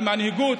על מנהיגות,